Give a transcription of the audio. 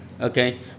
Okay